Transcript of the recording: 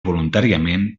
voluntàriament